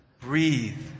breathe